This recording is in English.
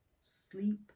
sleep